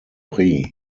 prix